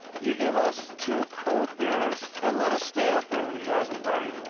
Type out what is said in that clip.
you give us two cold beers and let us stay up here with you guys and party